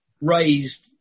raised